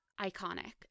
Iconic